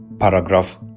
Paragraph